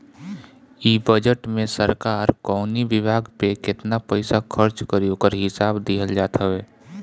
इ बजट में सरकार कवनी विभाग पे केतना पईसा खर्च करी ओकर हिसाब दिहल जात हवे